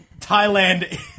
Thailand